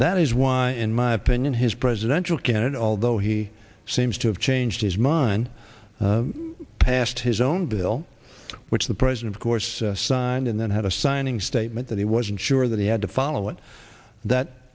that is why in my opinion his presidential candidate although he seems to have changed his mind passed his own bill which the president of course signed and then had a signing statement that he wasn't sure that he had to follow and that